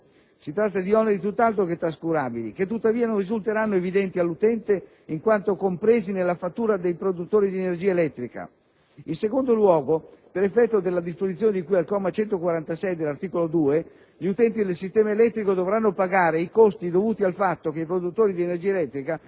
Si tratta di oneri tutt'altro che trascurabili, che tuttavia non risulteranno evidenti all'utente in quanto compresi nella fattura dei produttori di energia elettrica. In secondo luogo, per effetto della disposizione di cui al comma 146 dell'articolo 2, gli utenti del sistema elettrico dovranno pagare i costi dovuti al fatto che i produttori di energia elettrica